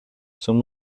zum